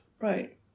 Right